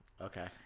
Okay